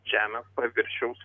žemės paviršiaus